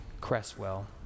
Cresswell